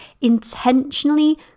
intentionally